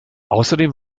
außerdem